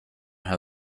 how